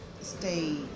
stay